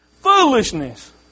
Foolishness